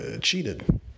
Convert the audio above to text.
cheated